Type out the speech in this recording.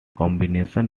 combination